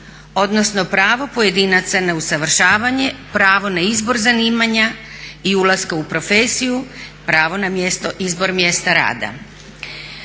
odnosno pravo pojedinaca na usavršavanje, pravo na izbor zanimanja i ulaska u profesiju, pravo na izbor mjesto rada.